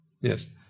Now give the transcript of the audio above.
Yes